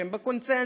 שהם בקונסנזוס,